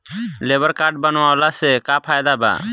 Labour card बनवाला से का फायदा बा?